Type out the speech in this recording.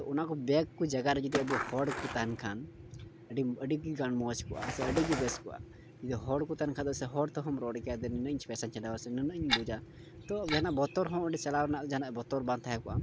ᱛᱳ ᱚᱱᱟ ᱠᱚ ᱵᱮᱝᱠ ᱠᱚ ᱡᱟᱭᱜᱟ ᱨᱮ ᱡᱩᱫᱤ ᱟᱵᱚ ᱦᱚᱲ ᱠᱚ ᱛᱟᱦᱮᱱ ᱠᱷᱟᱱ ᱟᱹᱰᱤ ᱜᱮ ᱢᱚᱡᱽ ᱠᱚᱜᱼᱟ ᱥᱮ ᱟᱹᱰᱤ ᱜᱮ ᱵᱮᱥ ᱠᱚᱜᱼᱟ ᱡᱩᱫᱤ ᱦᱚᱲ ᱠᱚ ᱛᱟᱦᱮᱱ ᱠᱷᱟᱡ ᱫᱚ ᱦᱚᱲ ᱛᱮᱦᱚᱢ ᱨᱚᱲ ᱠᱮᱭᱟ ᱱᱩᱱᱟᱹᱜ ᱤᱧ ᱯᱚᱭᱥᱟᱧ ᱪᱷᱟᱰᱟᱣᱟ ᱥᱮ ᱱᱩᱱᱟᱹᱜ ᱤᱧ ᱵᱚᱡᱽ ᱟ ᱛᱳ ᱡᱟᱦᱟᱱᱟᱜ ᱵᱚᱛᱚᱨ ᱦᱚᱸ ᱚᱸᱰᱮ ᱪᱟᱞᱟᱣ ᱨᱮᱱᱟᱜ ᱡᱟᱦᱟᱱᱟᱜ ᱵᱚᱛᱚᱨ ᱵᱟᱝ ᱛᱟᱦᱮᱸ ᱠᱚᱜᱼᱟ